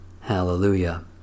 Hallelujah